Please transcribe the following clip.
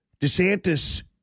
DeSantis